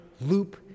loop